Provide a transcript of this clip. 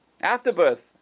afterbirth